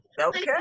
Okay